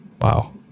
Wow